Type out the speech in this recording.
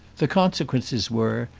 the consequences were,